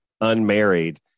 unmarried